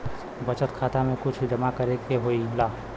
बचत खाता मे कुछ जमा करे से होला?